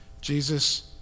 Jesus